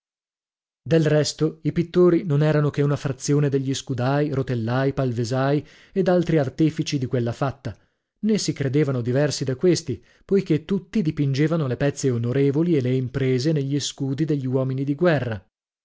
del resto i pittori non erano che una frazione degli scudai rotellai palvesai ed altri artefici di quella fatta nè si credevano diversi da questi poichè tutti dipingevano le pezze onorevoli e le imprese negli scudi degli uomini di guerra